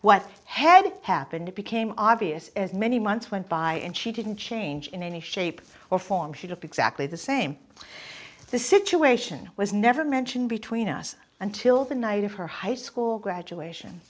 what had happened it became obvious as many months went by and she didn't change in any shape or form she looked exactly the same the situation was never mentioned between us until the night of her high school graduation